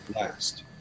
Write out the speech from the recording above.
last